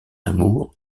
amour